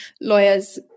lawyers